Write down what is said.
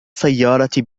سيارتي